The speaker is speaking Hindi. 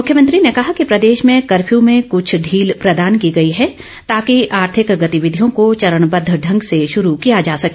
मुख्यमंत्री ने कहा कि प्रदेश में कफ्यू में कुछ ढील प्रदान की गई है ताकि आर्थिक गतिविधियों को चरणबद्ध ढंग से शुरू किया जा सके